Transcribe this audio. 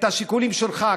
בשיקולים שלך,